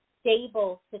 stable